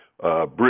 bridge